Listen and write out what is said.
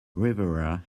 rivera